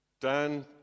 Dan